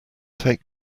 take